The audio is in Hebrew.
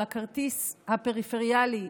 על הכרטיס הפריפריאלי,